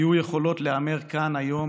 היו יכולות להיאמר כאן היום,